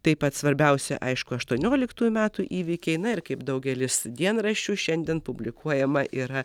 taip pat svarbiausia aišku aštuonioliktųjų metų įvykiai na ir kaip daugelis dienraščių šiandien publikuojama yra